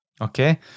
Okay